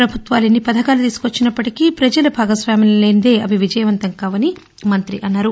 ప్రభుత్వాలు ఎన్ని పథకాలు తీసుకొచ్చినప్పటికీ ప్రపజల భాగస్వామ్యం లేనిదే అవి విజయవంతం కావని మంతి అన్నారు